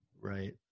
Right